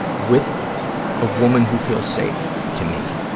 with a woman who feels safe to me,